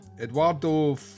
Eduardo